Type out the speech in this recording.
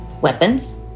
weapons